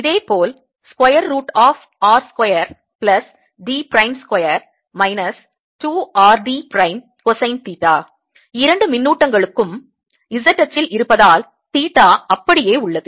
இதேபோல் square root of r square plus d prime square minus 2 r d prime cosine theta இரண்டு மின்னூட்டங்களும் Z அச்சில் இருப்பதால் theta அப்படியே உள்ளது